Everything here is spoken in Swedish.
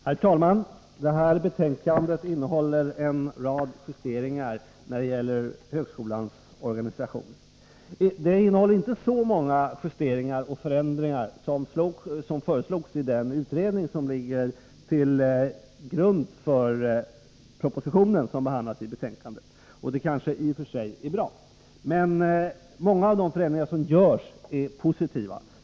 Herr talman! Detta betänkande innehåller en rad justeringar när det gäller högskolans organisation. Det innehåller inte så många justeringar och förändringar som föreslogs i den utredning som ligger till grund för propositionen som behandlas i betänkandet, och det kanske i och för sig är bra. Men många av de förändringar som görs är positiva.